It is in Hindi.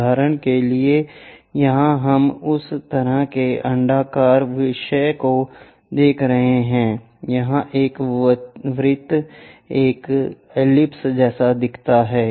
उदाहरण के लिए यहां हम उस तरह के अण्डाकार विषय को देख रहे हैं यहाँ एक वृत्त एक दीर्घवृत्त जैसा दिखता है